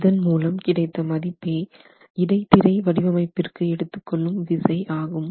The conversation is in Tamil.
இதன் மூலம் கிடைத்த மதிப்பே இடைத்திரை வடிவமைப்பிற்கு எடுத்துக்கொள்ளும் விசை ஆகும்